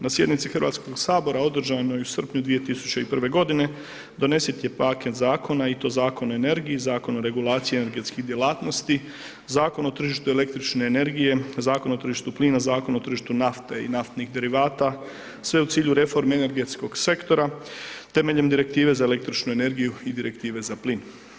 Na sjednici HS održanoj u srpnju 2001.g. donesen je paket zakona i to Zakon o energiji, Zakon o regulaciji energetskih djelatnosti, Zakon o tržištu električne energije, Zakon o tržištu plina, Zakon o tržištu nafte i naftnih derivata, sve u cilju reforme energetskog sektora, temeljem Direktive za električnu energiju i Direktive za plin.